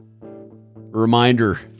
reminder